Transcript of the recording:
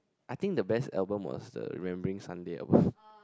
I think the best album was the Remembering Sunday album